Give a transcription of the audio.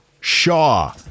Shaw